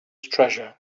treasure